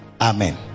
Amen